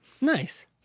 nice